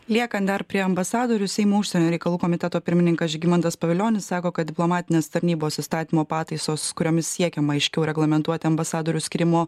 liekam dar prie ambasadorių seimo užsienio reikalų komiteto pirmininkas žygimantas pavilionis sako kad diplomatinės tarnybos įstatymo pataisos kuriomis siekiama aiškiau reglamentuoti ambasadorių skyrimo